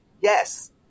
Yes